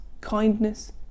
kindness